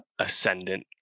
ascendant